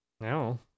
No